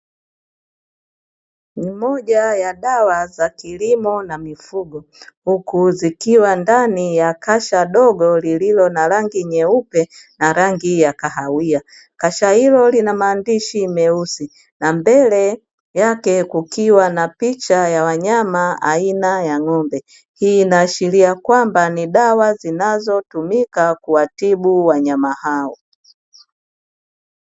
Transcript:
Moja ya dawa za kilimo na mifugo huku zikiwa ndani ya kasha dogo lililo na rangi nyeupe na rangi ya kahawia. Kasha hilo lina maandishi meusi na mbele yake kukiwa na picha ya wanyama aina ya ng'ombe. Hii inaashiria kwamba ni dawa zinazo tumika kuwibu wanyama hao.